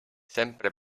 sempre